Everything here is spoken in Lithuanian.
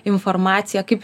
informaciją kaip